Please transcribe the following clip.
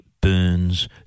burns